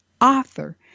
author